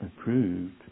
approved